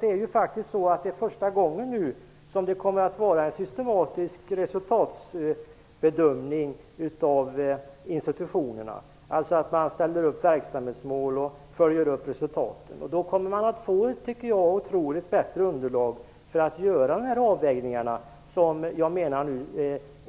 Det är nu första gången som det kommer att ske en systematisk resultatbedömning av institutionerna, dvs. att man ställer upp verksamhetsmål och följer upp resultatet. Då kommer man att få ett otroligt mycket bättre underlag för att göra de avvägningar som jag